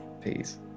Peace